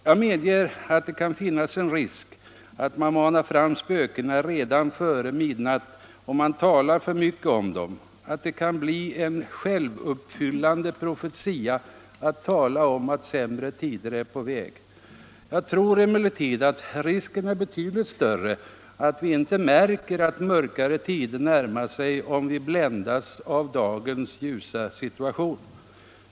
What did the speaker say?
Jag medger att det kan finnas en risk att man manar fram spökena redan före midnatt, om man talar för mycket om dem =— att det kan bli en självuppfyllande profetia att tala om att sämre tider är på väg. Jag tror emellertid att risken är betydligt större att vi inte märker att mörkare tider närmar sig, om vi bländas av dagens ljusa situation.